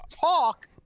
talk